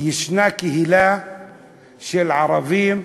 יש קהילה של ערבים,